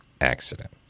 accident